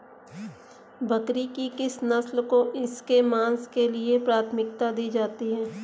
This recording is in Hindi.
बकरी की किस नस्ल को इसके मांस के लिए प्राथमिकता दी जाती है?